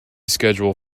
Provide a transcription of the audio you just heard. schedule